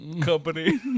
company